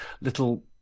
little